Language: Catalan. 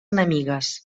enemigues